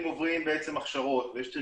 אז ברשותך,